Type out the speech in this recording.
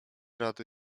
rady